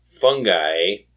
fungi